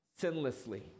sinlessly